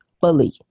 fully